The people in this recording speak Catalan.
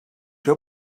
heu